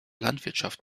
landwirtschaft